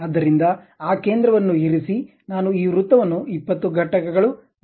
ಆದ್ದರಿಂದ ಆ ಕೇಂದ್ರವನ್ನು ಇರಿಸಿ ನಾನು ಈ ವೃತ್ತವನ್ನು 20 ಘಟಕಗಳು ವ್ಯಾಸ 20 ಕ್ಕೆ ಹೊಂದಿಸಲಿದ್ದೇನೆ